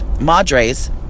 Madres